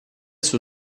suo